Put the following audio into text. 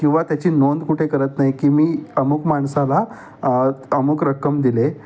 किंवा त्याची नोंद कुठे करत नाही की मी अमूक माणसाला अमूक रक्कम दिले